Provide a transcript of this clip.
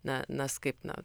na nes kaip na